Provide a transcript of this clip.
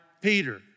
Peter